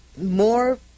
more